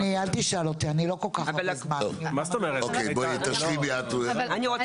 אל תשאל אותי, אני לא -- תשלימי את הדברים בבקשה.